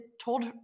told